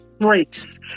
race